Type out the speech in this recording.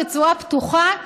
בצורה פתוחה,